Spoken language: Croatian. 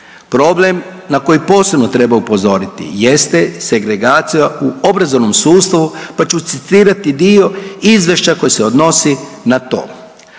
Problem na koji posebno treba upozoriti jeste segregacija u obrazovnom sustavu pa ću citirati dio izvješća koje se odnosi na to,